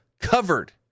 covered